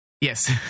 Yes